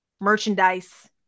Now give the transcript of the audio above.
merchandise